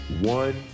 one